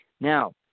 Now